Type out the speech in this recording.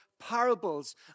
parables